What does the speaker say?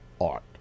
art